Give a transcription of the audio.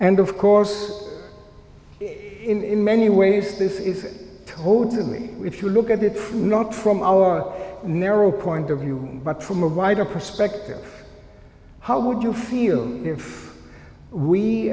and of course in many ways this is totally if you look at it not from our narrow point of view but from a wider perspective how would you feel if we